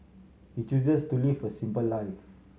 he chooses to live a simple life